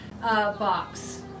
box